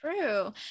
true